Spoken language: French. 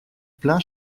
plein